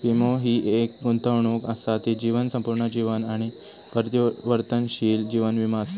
वीमो हि एक गुंतवणूक असा ती जीवन, संपूर्ण जीवन आणि परिवर्तनशील जीवन वीमो असा